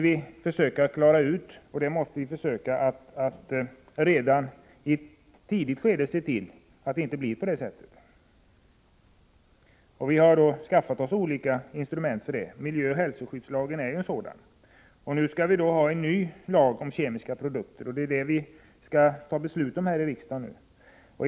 Vi måste redan i ett tidigt skede försöka se till att det inte blir på det sättet. Vi har skaffat oss olika instrument för detta. Miljöoch hälsoskyddslagen är ett sådant. Nu skall vi här i riksdagen fatta beslut om ett nytt instrument, lagen om kemiska produkter.